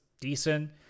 decent